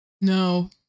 No